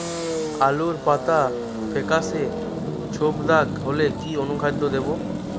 আলুর পাতা ফেকাসে ছোপদাগ হলে কি অনুখাদ্য দেবো?